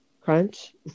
crunch